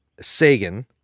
Sagan